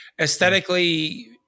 aesthetically